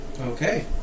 Okay